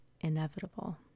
inevitable